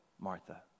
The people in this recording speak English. Martha